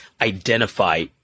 identify